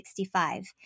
1965